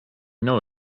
know